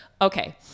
Okay